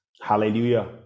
hallelujah